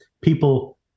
people